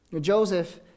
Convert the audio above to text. Joseph